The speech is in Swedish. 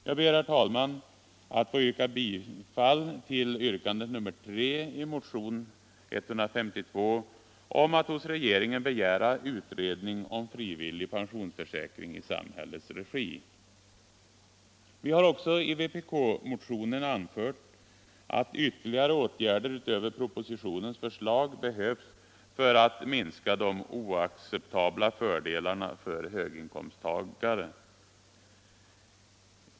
Jag ber, herr talman, att få yrka bifall till yrkande nr 3 i motion 152, att riksdagen hos regeringen begär utredning om frivillig pensionsförsäkring i samhällets regi. Vi har i vpk-motionen också anfört att ytterligare åtgärder utöver propositionens förslag behövs för att minska de oacceptabla fördelarna för höginkomsttagare.